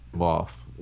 off